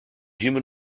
human